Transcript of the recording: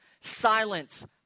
Silence